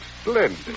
Splendid